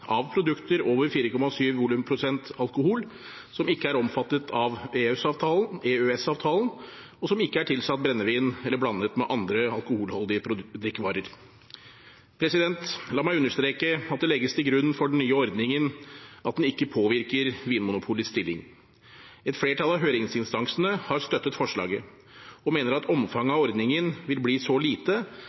av produkter over 4,7 volumprosent alkohol, som ikke er omfattet av EØS-avtalen, og som ikke er tilsatt brennevin eller blandet med andre alkoholholdige drikkevarer. La meg understreke at det legges til grunn for den nye ordningen at den ikke påvirker Vinmonopolets stilling. Et flertall av høringsinstansene har støttet forslaget og mener at omfanget av ordningen vil bli så lite